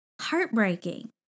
heartbreaking